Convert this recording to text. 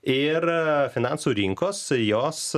ir finansų rinkos jos